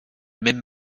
même